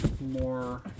more